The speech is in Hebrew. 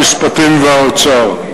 המשפטים והאוצר.